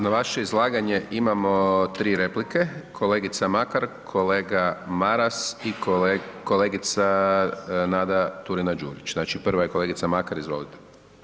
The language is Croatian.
Na vaše izlaganje imamo 3 replike, kolegica Makar, kolega Maras i kolegica Nada Turina Đurić, znači prva je kolegica Makar, izvolite.